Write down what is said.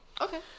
Okay